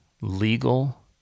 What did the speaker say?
legal